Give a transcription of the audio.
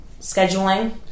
scheduling